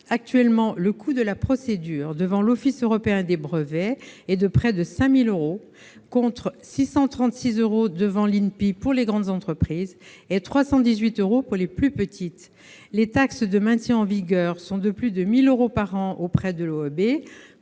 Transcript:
Actuellement, le coût de la procédure devant l'Office européen des brevets, l'OEB, est de près de 5 000 euros, contre 636 euros devant l'INPI pour les grandes entreprises, et 318 euros pour les plus petites. Les taxes de maintien en vigueur sont de plus de 1 000 euros par an auprès de l'OEB,